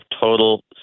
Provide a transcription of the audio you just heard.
total